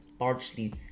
largely